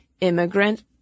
immigrant